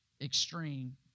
extreme